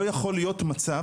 לא יכול להיות מצב,